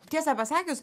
tiesą pasakius